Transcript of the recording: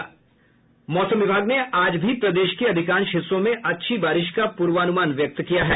मौसम विभाग ने आज भी प्रदेश के अधिकांश हिस्सों में अच्छी बारिश का पूर्वानुमान व्यक्त किया है